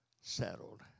settled